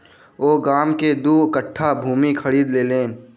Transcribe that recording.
ओ गाम में दू कट्ठा भूमि खरीद लेलैन